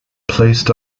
placed